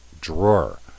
drawer